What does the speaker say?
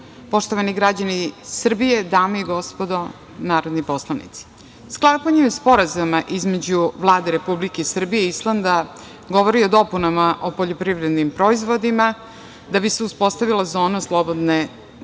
poštovani građani Srbije, dame i gospodo narodni poslanici, sklapanje Sporazuma između Vlade Republike Srbije i Islanda govori o dopunama o poljoprivrednim proizvodima da bi se uspostavila zona slobodne trgovine